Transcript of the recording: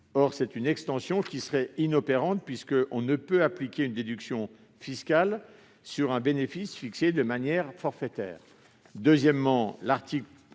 Or cette extension serait inopérante puisqu'on ne peut appliquer une déduction fiscale sur un bénéfice fixé de manière forfaitaire. Deuxièmement, cet